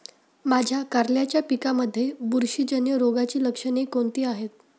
माझ्या कारल्याच्या पिकामध्ये बुरशीजन्य रोगाची लक्षणे कोणती आहेत?